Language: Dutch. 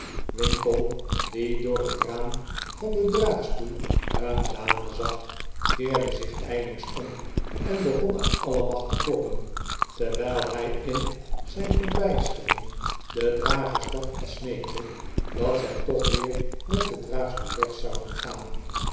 winkle die door het raam van den draagstoel een dame zag keerde zich ijlings om en begon uit alle macht te kloppen terwijl hij in zijn verbijstering de drager s bad en smeekte dat zij toch weer met den draagstoel weg zouden gaan